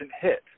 hit